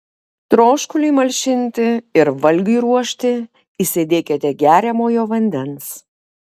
troškuliui malšinti ir valgiui ruošti įsidėkite geriamojo vandens